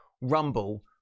rumble